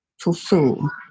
fulfill